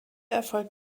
erfolgt